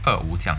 二五这样